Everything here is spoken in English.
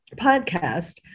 podcast